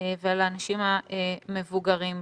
ועל האנשים המבוגרים בה.